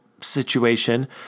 situation